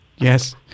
Yes